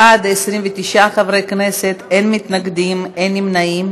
בעד, 29 חברי כנסת, אין מתנגדים, אין נמנעים.